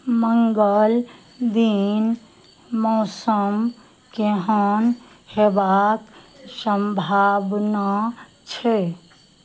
मङ्गल दिन मौसम केहन हेबाक सम्भावना छै